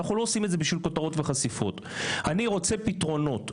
אני רוצה פתרונות.